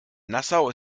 nassau